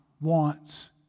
wants